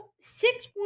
six